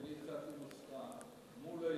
אני הצעתי נוסחה: מולה,